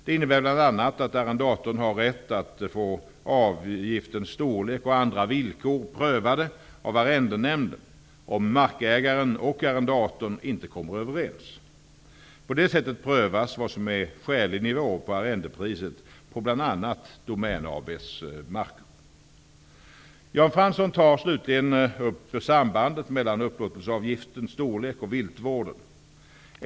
Det innebär bl.a. att arrendatorn har rätt att få avgiftens storlek och andra villkor prövade av arrendenämnden om markägaren och arrendatorn inte kommer överens. På det sättet prövas vad som är skälig nivå på arrendepriset på bl.a. Domän AB:s mark. Jan Fransson tar slutligen upp sambandet mellan upplåtelseavgifternas storlek och viltvården.